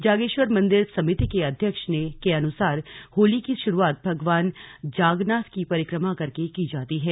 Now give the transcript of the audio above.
जागेश्वर मंदिर समिति के अध्यक्ष के अनुसार होली की शुरुआत भगवान जागनाथ की परिक्रमा करके की जाती है